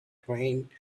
train